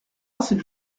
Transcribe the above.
cette